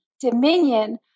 dominion